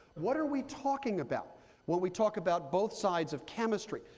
what are we talking about when we talk about both sides of chemistry,